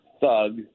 thug